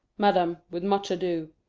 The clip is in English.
madam, with much ado.